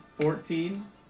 Fourteen